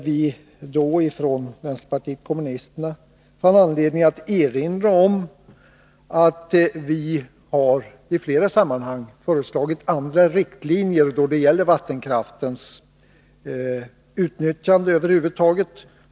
Vi från vpk får anledning ått erinra om att vi vid flera tillfällen har föreslagit andra riktlinjer då det gäller vattenkraftens utnyttjande över huvud taget.